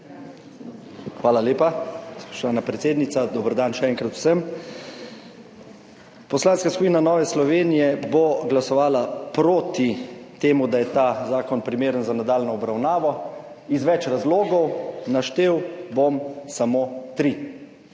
Hvala lepa, spoštovana predsednica. Dober dan še enkrat vsem! Poslanska skupina Nova Slovenija bo glasovala proti temu, da je ta zakon primeren za nadaljnjo obravnavo, iz več razlogov. Naštel bom samo tri.